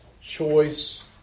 choice